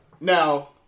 Now